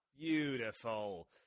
Beautiful